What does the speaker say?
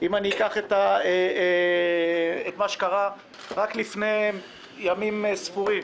אם אני אקח את מה שקרה רק לפני ימים ספורים